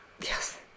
yes